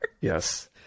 yes